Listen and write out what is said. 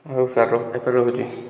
ହଉ ସାର୍ ରଖ ଏଥର ରହୁଛି